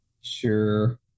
Sure